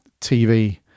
TV